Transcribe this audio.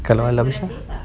kalau alam shah